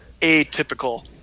atypical